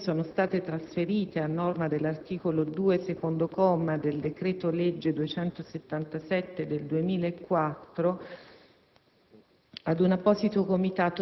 in quanto queste stesse funzioni sono state trasferite, a norma dell'articolo 2, secondo comma, del decreto‑legge n. 277 del 2004,